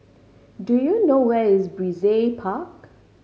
do you know where is Brizay Park